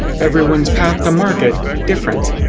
everyone's path to market different.